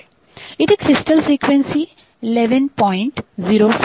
इथे crystal frequency 11